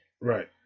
Right